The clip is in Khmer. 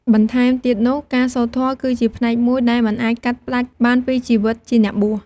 បន្ថែមទៀតនោះ ការសូត្រធម៌គឺជាផ្នែកមួយដែលមិនអាចកាត់ផ្ដាច់បានពីជីវិតជាអ្នកបួស។